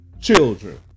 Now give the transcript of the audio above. children